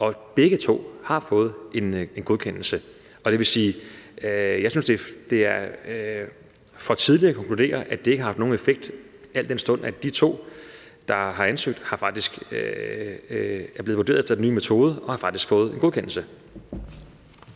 og begge to har fået en godkendelse. Det vil sige, at jeg synes, det er for tidligt at konkludere, at det ikke har haft nogen effekt, al den stund de to, der har været ansøgt om og er blevet vurderet efter den nye metode, faktisk har fået en godkendelse.